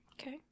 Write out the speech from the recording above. okay